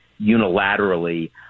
unilaterally